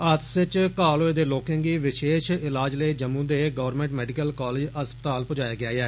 हादसे च घाऽल होए दे लोकें गी विशेष इलाज लेई जम्मू दे गौरमैंट मैडिकल कालेज अस्ताल पुजाया गेआ ऐ